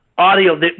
Audio